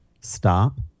Stop